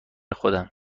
خودم